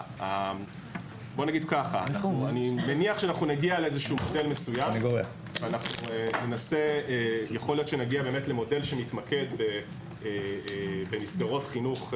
אני מניח שיכול להיות שנגיע למודל שמתמקד במסגרת חינוך,